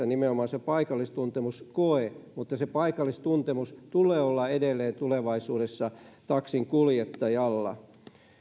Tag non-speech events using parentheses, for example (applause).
(unintelligible) nimenomaan se paikallistuntemuskoe mutta se paikallistuntemus tulee olla edelleen tulevaisuudessa taksinkuljettajalla